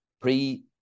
pre